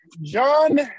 John